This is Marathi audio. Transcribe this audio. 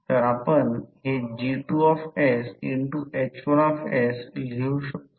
तर Kh कोर मटेरियलचे कॅरेक्टरस्टिक कॉन्स्टंट आहे n स्टेनमेट्झ एक्सपोनेंट त्याची रेंज 1